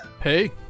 Hey